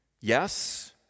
Yes